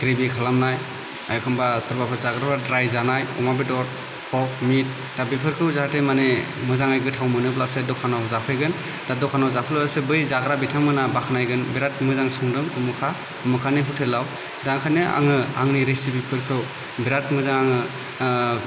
gravy खालामनाय एखम्बा सोरबाफोर द्राय जानाय अमा बेदर पर्क मिट दा बेफोरखौ जाहाथे माने मोजाङै गोथाव मोनोब्लासो दखानाव जाफैगोन दा दखानाव जाफैबासो बै जाग्रा बिथांमोना बाखनायगोन बिरात मोजां संदों अमुखा आमुखानि हटेलाव दा ओंखायनो आङो आंनि रेसिपिफोरखौ बिरात मोजां आङो